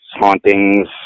hauntings